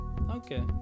okay